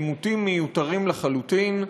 עימותים מיותרים לחלוטין.